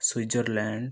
Switzerland